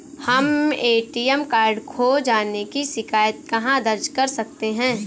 हम ATM card खो जाने की शिकायत कहाँ दर्ज कर सकते हैं?